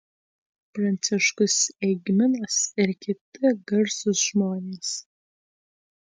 pranciškus eigminas ir kiti garsūs žmonės